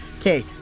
Okay